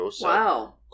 Wow